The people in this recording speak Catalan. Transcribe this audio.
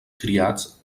criats